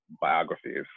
biographies